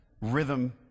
rhythm